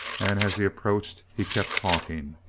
and as he approached he kept talking.